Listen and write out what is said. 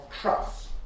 trust